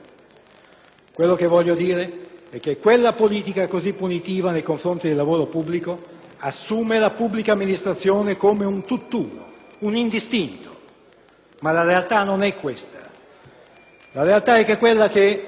Quello che voglio dire è che quella politica così punitiva nei confronti del lavoro pubblico assume la pubblica amministrazione come un tutt'uno, un indistinto, ma la realtà non è questa. La realtà è che quella che